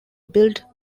built